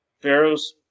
pharaoh's